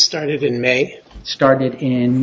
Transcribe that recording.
started in may started in